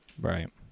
right